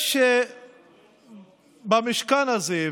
יש במשכן הזה,